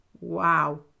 Wow